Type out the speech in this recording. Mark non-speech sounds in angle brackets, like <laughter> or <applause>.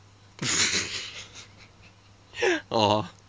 <laughs> oh